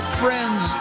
friends